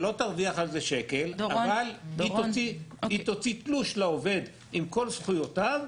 שלא תרוויח על זה שקל אבל היא תוציא תלוש לעובד עם כל זכויותיו,